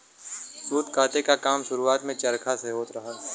सूत काते क काम शुरुआत में चरखा से होत रहल